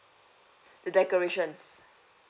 the decorations